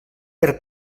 per